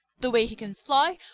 the way he can fly!